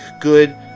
Good